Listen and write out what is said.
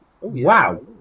Wow